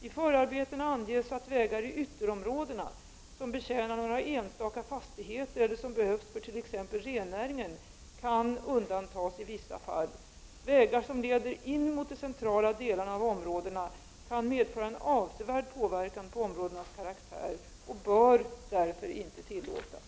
I förarbetena anges att vägar i ytterområdena som betjänar några enstaka fastigheter eller som behövs för t.ex. rennäringen kan undantas i vissa fall. Vägar som leder in mot de centrala delarna av områdena kan medföra en avsevärd påverkan på områdenas karaktär och bör därför inte tillåtas.